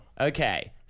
Okay